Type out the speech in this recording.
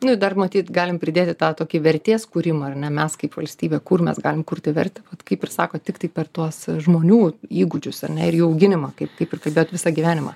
nu ir dar matyt galim pridėti tą tokį vertės kūrimą ar ne mes kaip valstybė kur mes galim kurti vertę vat kaip ir sakot tiktai per tuos žmonių įgūdžius ar ne ir jų auginimą kaip kaip ir kalbėjot visą gyvenimą